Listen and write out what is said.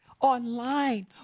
online